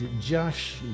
Josh